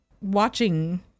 watching